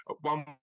one